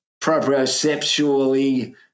proprioceptually